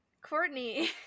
Courtney